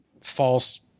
false